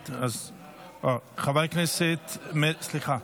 בבקשה, סליחה.